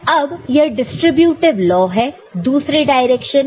अब यह distributive law है दूसरे डायरेक्शन में